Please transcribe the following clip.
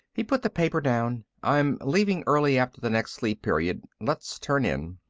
he put the paper down. i'm leaving early after the next sleep period. let's turn in.